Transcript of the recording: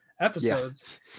episodes